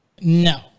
No